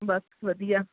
ਬਸ ਵਧੀਆ